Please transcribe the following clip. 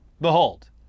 behold